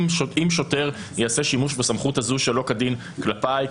אם שוטר יעשה שימוש בסמכות הזו שלא כדין כלפיי,